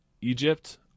Egypt